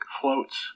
floats